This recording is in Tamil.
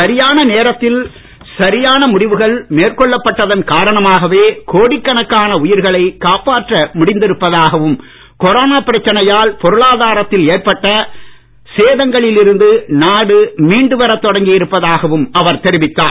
சரியான நேரத்தில் சரியான முடிவுகள் மேற்கொள்ளப்பட்டதன் காரணமாகவே கோடிக்கணக்கான உயிர்களை காப்பாற்ற முடிந்திருப்பதாகவும் கொரோனா பிரச்சனையால் பொருளாதாரத்தில் ஏற்பட்ட சேதங்களில் இருந்து நாடு மீண்டு வர தொடங்கியிருப்பதாகவும் அவர் தெரிவித்தார்